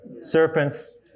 serpent's